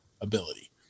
ability